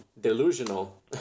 delusional